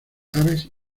aves